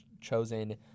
chosen